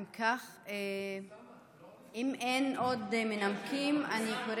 אם כך, אם אין עוד מנמקים, אני קוראת,